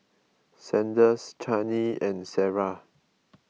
Sanders Chaney and Sarrah